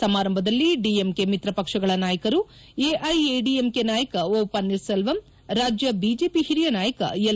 ಸಮಾರಂಭದಲ್ಲಿ ಡಿಎಂಕೆ ಮಿತ್ರ ಪಕ್ಷಗಳ ನಾಯಕರು ಎಐಎಡಿಎಂಕೆ ನಾಯಕ ಓ ಪನ್ನೀರ್ಸೆಲ್ಲಂ ರಾಜ್ಯ ಬಿಜೆಪಿ ಹಿರಿಯ ನಾಯಕ ಎಲ್